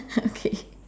okay